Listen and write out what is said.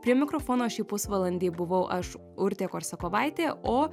prie mikrofono šį pusvalandį buvau aš urtė korsakovaitė o